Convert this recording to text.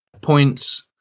points